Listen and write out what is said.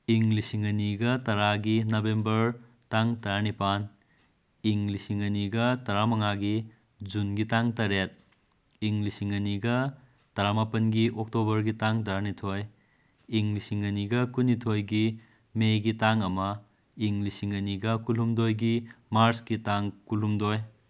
ꯏꯪ ꯂꯤꯁꯤꯡ ꯑꯅꯤꯒ ꯇꯔꯥꯒꯤ ꯅꯕꯦꯝꯕꯔ ꯇꯥꯡ ꯇꯔꯥꯅꯤꯄꯥꯜ ꯏꯪ ꯂꯤꯁꯤꯡ ꯑꯅꯤꯒ ꯇꯔꯥꯃꯉꯥꯒꯤ ꯖꯨꯟꯒꯤ ꯇꯥꯡ ꯇꯔꯦꯠ ꯏꯪ ꯂꯤꯁꯤꯡ ꯑꯅꯤꯒ ꯇꯔꯥꯃꯥꯄꯟꯒꯤ ꯑꯣꯛꯇꯣꯕꯔꯒꯤ ꯇꯥꯡ ꯇꯔꯥꯅꯤꯊꯣꯏ ꯏꯪ ꯂꯤꯁꯤꯡ ꯑꯅꯤꯒ ꯀꯨꯟꯅꯤꯊꯣꯏꯒꯤ ꯃꯦꯒꯤ ꯇꯥꯡ ꯑꯃ ꯏꯪ ꯂꯤꯁꯤꯡ ꯑꯅꯤꯒ ꯀꯨꯟꯍꯨꯝꯗꯣꯏꯒꯤ ꯃꯥꯔꯁꯀꯤ ꯇꯥꯡ ꯀꯨꯟꯍꯨꯝꯗꯣꯏ